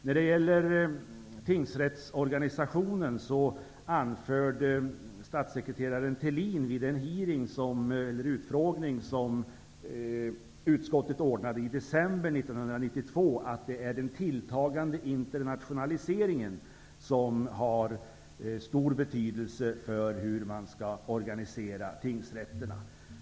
När det gäller tingsrättsorganisationen anförde statssekreteraren Thelin vid en utfrågning som utskottet anordnade i december 1992 att det är den tilltagande internationaliseringen som har stor betydelse för hur man skall organisera tingsrätterna.